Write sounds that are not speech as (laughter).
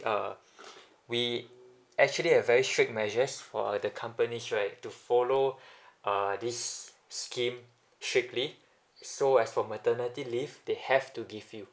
uh we actually have very strict measures for uh the companies right to follow (breath) uh this scheme strictly so as for maternity leave they have to give you